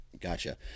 Gotcha